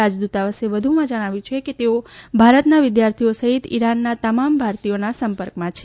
રાજદ્રતાવાસે વધુમાં જણાવ્યું છે કે તેઓ ભારતના વિદ્યાર્થીઓ સહિત ઇરાનના તમામ ભારતીયોના સંપર્કમાં છે